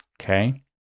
Okay